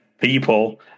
people